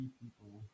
people